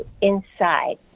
inside